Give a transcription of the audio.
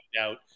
out